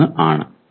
3 ആണ്